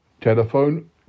Telephone